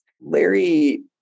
Larry